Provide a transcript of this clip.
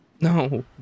No